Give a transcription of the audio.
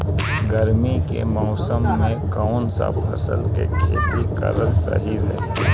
गर्मी के मौषम मे कौन सा फसल के खेती करल सही रही?